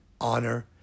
honor